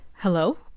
Hello